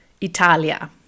Italia